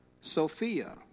Sophia